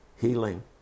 healing